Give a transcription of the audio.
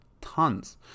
Tons